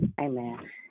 Amen